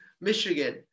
Michigan